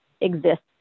exists